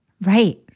right